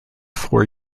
four